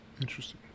Interesting